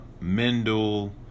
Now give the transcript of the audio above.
Mendel